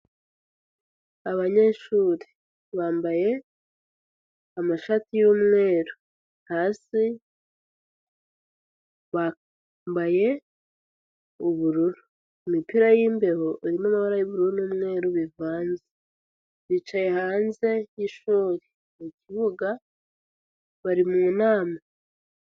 Abanyeshuri bambaye amashati y'umweru, hasi bambaye ubururu, imipira y'imbeho, irimo amabara y'ubururu n'umweru bivanze, bicaye hanze y'ishuri mu kibuga, bari mu nama.